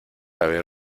haber